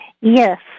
Yes